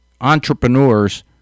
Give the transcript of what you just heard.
entrepreneurs